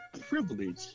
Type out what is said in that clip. privilege